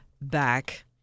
back